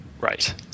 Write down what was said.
Right